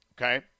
okay